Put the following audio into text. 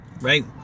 right